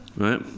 Right